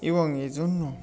এবং এজন্য